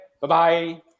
Bye-bye